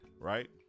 right